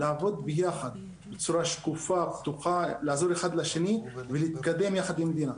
לעבוד ביחד בצורה שקופה ופתוחה ולעזור אחד לשני ולהתקדם יחד במדינה.